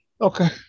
Okay